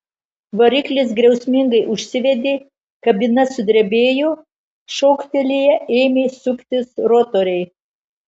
variklis griausmingai užsivedė kabina sudrebėjo šoktelėję ėmė suktis rotoriai